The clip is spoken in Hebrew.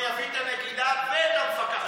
אני אביא את הנגידה ואת המפקחת,